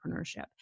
entrepreneurship